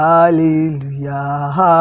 Hallelujah